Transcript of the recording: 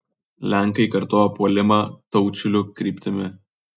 lenkai kartojo puolimą taučiulių kryptimi